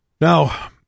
Now